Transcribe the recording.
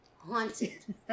Haunted